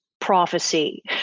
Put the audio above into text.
prophecy